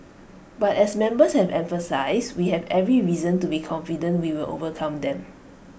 but as members have emphasised we have every reason to be confident we will overcome them